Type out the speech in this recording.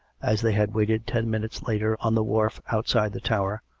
as they had waited ten minutes later on the wharf outside the tower,